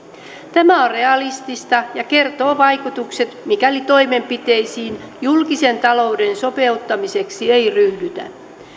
tämä on realistista ja kertoo vaikutukset mikäli toimenpiteisiin julkisen talouden sopeuttamiseksi ei ryhdytä